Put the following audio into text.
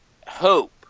hope